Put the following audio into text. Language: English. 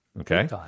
Okay